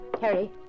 Harry